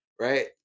right